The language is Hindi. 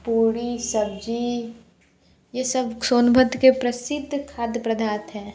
पूड़ी सब्ज़ी ये सब सोनभद्र के प्रसिद्ध खाद्य पदार्थ है